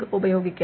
in ഉപയോഗിക്കാം